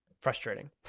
frustrating